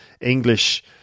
English